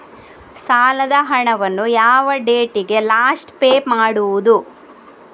ಸಾಲದ ಹಣವನ್ನು ಯಾವ ಡೇಟಿಗೆ ಲಾಸ್ಟ್ ಪೇ ಮಾಡುವುದು?